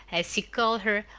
as he called her,